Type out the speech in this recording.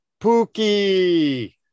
Pookie